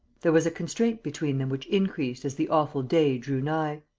there was a constraint between them which increased as the awful day drew nigh.